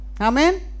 amen